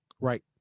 right